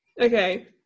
Okay